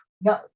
No